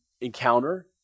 encounter